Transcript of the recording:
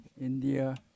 India